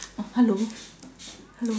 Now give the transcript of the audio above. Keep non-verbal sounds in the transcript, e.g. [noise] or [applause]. oh hello [noise] hello